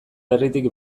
herritik